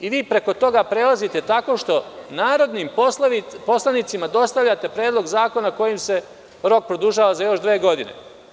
Vi preko toga prelazite tako što narodnim poslanicima dostavljate Predlog zakona kojim se rok produžava za još dve godine.